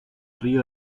río